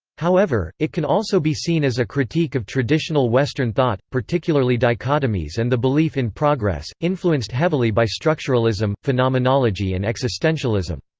however, it can also be seen as a critique of traditional western thought, particularly dichotomies and the belief in progress, influenced heavily by structuralism, phenomenology and existentialism.